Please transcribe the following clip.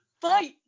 Fight